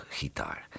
gitaar